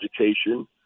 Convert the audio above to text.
education